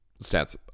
stats